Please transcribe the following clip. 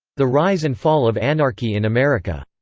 the rise and fall of anarchy in america.